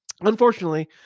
Unfortunately